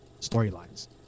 storylines